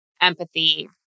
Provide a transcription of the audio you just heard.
empathy